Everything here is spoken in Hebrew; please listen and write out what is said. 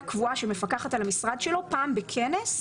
קבועה שמפקחת על המשרד שלו פעם בכנס,